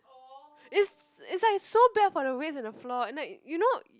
it's it's like so bad for the waist and the floor and like you know